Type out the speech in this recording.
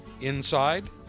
inside